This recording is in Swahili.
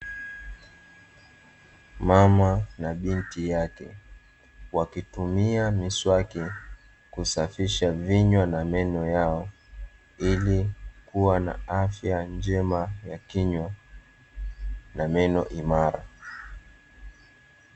Mama na binti yake, wakitumia miswaki kusafisha vinywa na meno yao, ili kua na afya njema ya kinywa na meno imara.